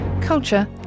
culture